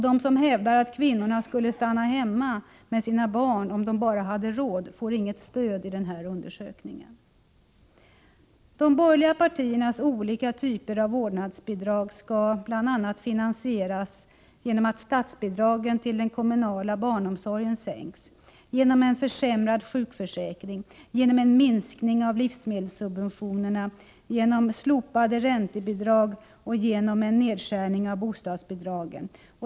De som hävdar att kvinnor skulle stanna hemma med sina barn om de bara hade råd får inget stöd i denna undersökning. De borgerliga partiernas olika typer av vårdnadsbidrag skall bl.a. finansieras genom att statsbidragen till den kommunala barnomsorgen sänks, genom en försämrad sjukförsäkring, genom en minskning av livsmedelssubventionerna, genom slopade räntebidrag och genom en nedskärning av bostadsbidragen.